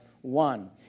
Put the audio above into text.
one